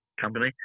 company